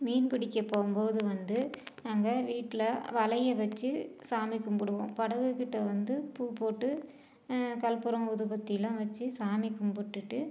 மீன் பிடிக்க போகும்போது வந்து நாங்கள் வீட்டில வலையை வச்சு சாமி கும்பிடுவோம் படகுக்கிட்ட வந்து பூ போட்டு கற்பூரம் ஊதுபத்தியெலாம் வச்சு சாமி கும்பிட்டுட்டு